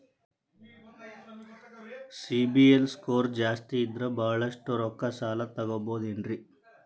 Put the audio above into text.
CIBIL score ಜಾಸ್ತಿ ಇದ್ರ ಬಹಳಷ್ಟು ರೊಕ್ಕ ಸಾಲ ತಗೋಬಹುದು ಏನ್ರಿ?